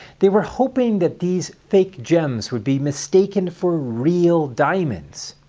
they were hoping that these fake gems would be mistaken for real diamonds.